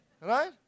right